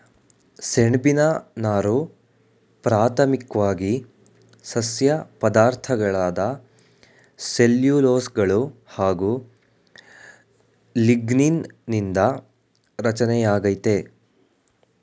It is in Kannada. ಸೆಣ್ಬಿನ ನಾರು ಪ್ರಾಥಮಿಕ್ವಾಗಿ ಸಸ್ಯ ಪದಾರ್ಥಗಳಾದ ಸೆಲ್ಯುಲೋಸ್ಗಳು ಹಾಗು ಲಿಗ್ನೀನ್ ನಿಂದ ರಚನೆಯಾಗೈತೆ